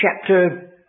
chapter